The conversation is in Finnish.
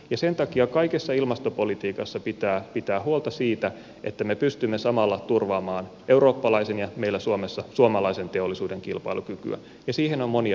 ja sen takia kaikessa ilmastopolitiikassa pitää pitää huolta siitä että me pystymme samalla turvaamaan eurooppalaisen ja meillä suomessa suomalaisen teollisuuden kilpailukykyä ja siihen on monia hyviä keinoja